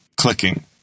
clicking